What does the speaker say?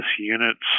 unit's